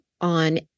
on